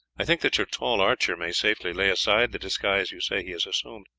i think that your tall archer may safely lay aside the disguise you say he has assumed,